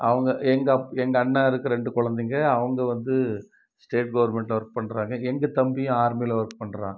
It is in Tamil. அவங்க எங்கள் அப் எங்கள் அண்ணருக்கு ரெண்டு குழந்தைங்க அவங்க வந்து ஸ்டேட் கவர்மெண்ட்டில் ஒர்க் பண்ணுறாங்க எங்கள் தம்பியும் ஆர்மியில் ஒர்க் பண்ணுறான்